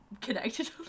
connected